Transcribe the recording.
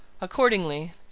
Accordingly